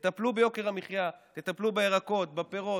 תטפלו ביוקר המחיה, תטפלו בירקות, בפירות.